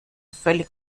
völlig